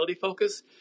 focus